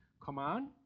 command